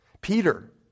Peter